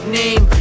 name